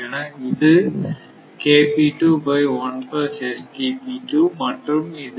எனவே இது மற்றும் இது